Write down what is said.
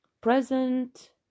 present